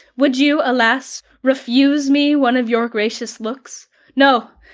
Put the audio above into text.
would you, alas, refuse me one of your gracious looks? no,